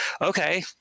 Okay